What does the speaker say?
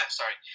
sorry